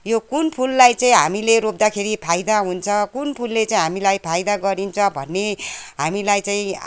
यो कुन फुललाई चाहिँ हामीले रोप्दाखेरि फाइदा हुन्छ कुन फुलले चाहिँ हामीलाई फाइदा गरिन्छ भन्ने हामीलाई चाहिँ